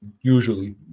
usually